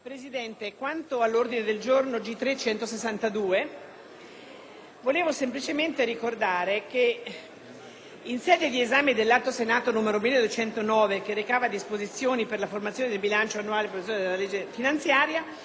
Presidente, in merito all'ordine del giorno G3.162 volevo semplicemente ricordare che in sede di esame dell'Atto Senato n. 1209, che reca disposizioni per la formazione del bilancio annuale e pluriennale dello Stato (legge finanziaria